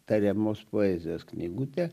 tariamos poezijos knygutė